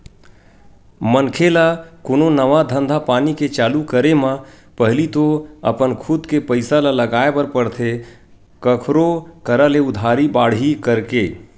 मनखे ल कोनो नवा धंधापानी के चालू करे म पहिली तो अपन खुद के पइसा ल लगाय बर परथे कखरो करा ले उधारी बाड़ही करके